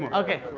ok.